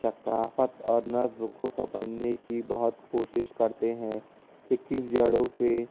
ثقافت اور نظم کو سمجھنے کی بہت کوشش کرتے ہیں کہ کس جڑوں سے